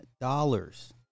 dollars